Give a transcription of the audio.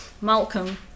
Malcolm